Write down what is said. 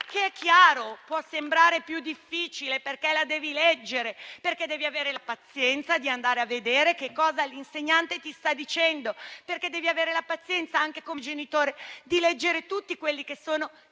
È chiaro che può sembrare più difficile, perché la devi leggere, perché devi avere la pazienza di andare a vedere quello che l'insegnante ti sta dicendo, perché devi avere la pazienza, come genitore, di leggere tutti gli indicatori